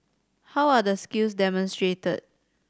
how are the skills demonstrated